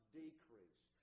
decrease